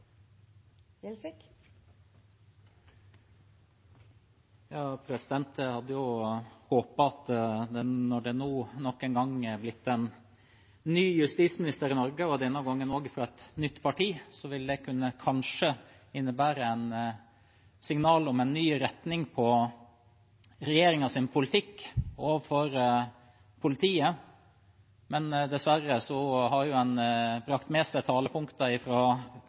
blitt en ny justisminister i Norge, og denne gangen også fra et nytt parti, ville det kanskje kunne innebære et signal om en ny retning på regjeringens politikk overfor politiet, men dessverre har man brakt med seg talepunkter